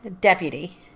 Deputy